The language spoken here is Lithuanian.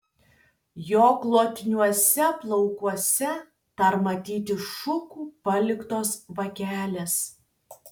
jo glotniuose plaukuose dar matyti šukų paliktos vagelės